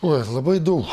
oi labai daug